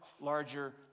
larger